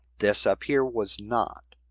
this up here was not.